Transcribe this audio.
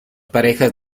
parejas